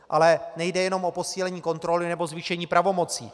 Ale nejde jenom o posílení kontroly nebo zvýšení pravomocí.